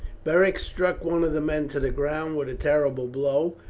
beric struck one of the men to the ground with a terrible blow,